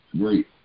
great